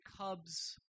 Cubs